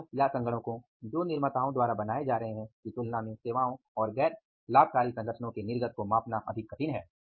कारों या संगणकों जो निर्माताओं द्वारा बनाये जा रहे है की तुलना में सेवाओं और गैर लाभकारी संगठनों के निर्गत को मापना अधिक कठिन है